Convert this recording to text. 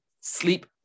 sleep